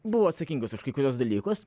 buvo atsakingas už kai kuriuos dalykus